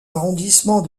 arrondissements